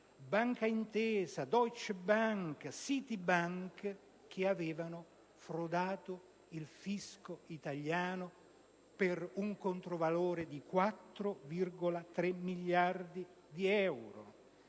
Banca Intesa, Deutsche Bank, Citybank, che avevano frodato il fisco italiano per un controvalore di 4,3 miliardi di euro.